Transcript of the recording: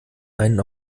einen